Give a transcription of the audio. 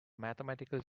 mathematical